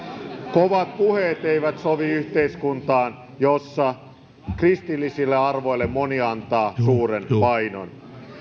kovat puheet eivät sovi yhteiskuntaan jossa kristillisille arvoille moni antaa suuren painon